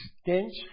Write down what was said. stench